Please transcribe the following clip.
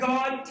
God